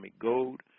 gold